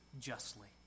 justly